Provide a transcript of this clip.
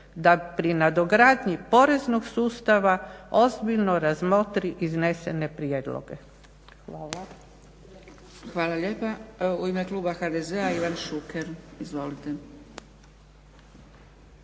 da pri nadogradnji poreznog sustava ozbiljno razmotri iznesene prijedloge. Hvala. **Zgrebec, Dragica (SDP)** Hvala lijepa. U ime kluba HDZ-a Ivan Šuker. Izvolite.